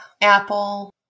apple